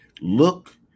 Look